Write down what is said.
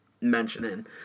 mentioning